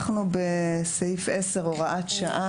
"סעיף 10. הוראת שעה